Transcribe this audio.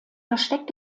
versteck